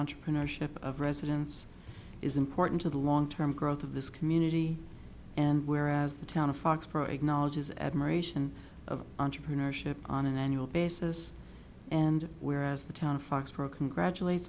entrepreneurship of residents is important to the long term growth of this community and whereas the town of foxborough acknowledges admiration of entrepreneurship on an annual basis and whereas the town of facts pro congratulate